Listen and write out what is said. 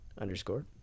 underscore